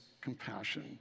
compassion